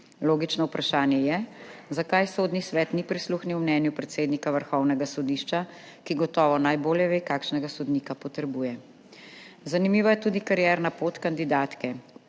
Logično vprašanje je, zakaj Sodni svet ni prisluhnil mnenju predsednika Vrhovnega sodišča, ki gotovo najbolje ve, kakšnega sodnika potrebuje. Zanimiva je tudi karierna pot kandidatke.